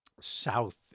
south